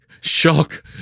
shock